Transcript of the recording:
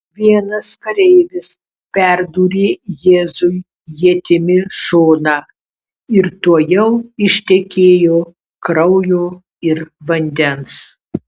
vienas kareivis perdūrė jėzui ietimi šoną ir tuojau ištekėjo kraujo ir vandens